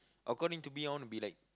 according to me I wanna be like